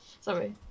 Sorry